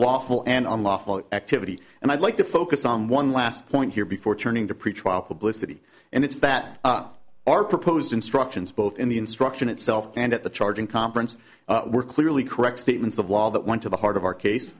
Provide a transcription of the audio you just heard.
lawful and unlawful activity and i'd like to focus on one last point here before turning to pretrial publicity and it's that our proposed instructions both in the instruction itself and at the charging conference were clearly correct statements of law that went to the heart of our case